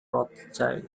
rothschild